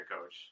coach